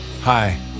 Hi